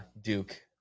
Duke